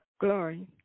glory